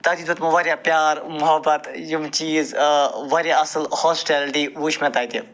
تَتہِ دیُت مےٚ واریاہ پیار محبت یِم چیٖز واریاہ اصٕل ہوسٹیلِٹی وٕچھ مےٚ تتہِ